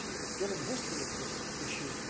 but given the history of this issue,